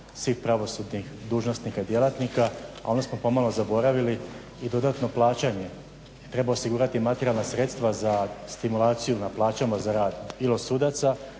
svih pravosudnih dužnosnika i djelatnika a onda smo pomalo zaboravili i dodatno plaćanje. Treba osigurati materijala sredstva za stimulaciju na plaćama za rad bilo sudaca,